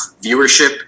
viewership